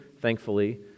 thankfully